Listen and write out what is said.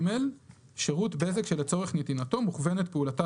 שירות בזק שלצורך נתינתו מוכוונת פעולתה